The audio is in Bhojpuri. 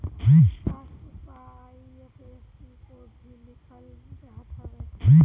पासबुक पअ आइ.एफ.एस.सी कोड भी लिखल रहत हवे